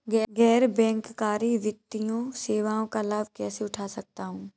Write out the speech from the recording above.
गैर बैंककारी वित्तीय सेवाओं का लाभ कैसे उठा सकता हूँ?